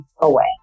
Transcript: away